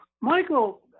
Michael